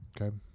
Okay